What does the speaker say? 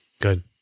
Good